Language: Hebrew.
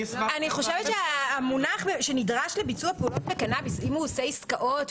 בעיה, משטרת ישראל משרד המשפטים